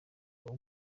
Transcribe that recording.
uwo